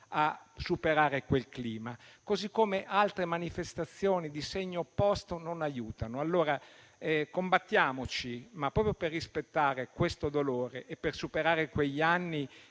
a superare quel clima, così come altre manifestazioni di segno opposto non aiutano. Combattiamoci ma, proprio per rispettare questo dolore e per superare quegli anni,